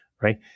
right